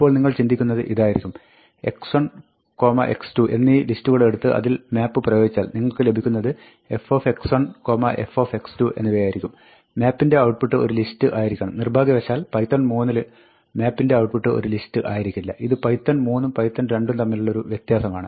ഇപ്പോൾ നിങ്ങൾ ചിന്തിക്കുന്നത് ഇതായിരിക്കും x1 x2 എന്നീ ലിസ്റ്റുകളെടുത്ത് അതിൽ map പ്രയോഗിച്ചാൽ നിങ്ങൾക്ക് ലഭിക്കുന്നത് f f എന്നിവയായിരിക്കും map ൻറെ ഔട്ട്പുട്ട് ഒരു ലിസ്റ്റ് ആയിരിക്കണം നിർഭാഗ്യവശാൽ പൈത്തൺ 3 ൽ map ൻറെ ഔട്ട്പുട്ട് ഒരു ലിസ്റ്റ് ആയിരിക്കില്ല ഇത് പൈത്തൺ 3 ഉം പൈത്തൺ 2 ഉം തമ്മിലുള്ള മറ്റൊരു വ്യത്യാസമാണ്